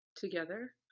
together